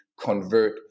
convert